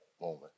moment